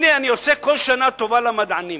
הנה, אני עושה כל שנה טובה למדענים